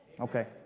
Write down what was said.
Okay